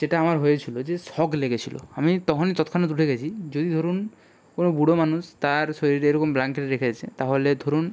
যেটা আমার হয়েছিলো যে শক লেগেছিলো আমি তখন তৎক্ষণাৎ উঠে গেছি যদি ধরুন কোনো বুড়ো মানুষ তার শরীরে এমন ব্লাঙ্কেট রেখেছে তাহলে ধরুন